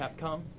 capcom